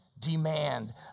demand